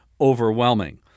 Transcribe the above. overwhelming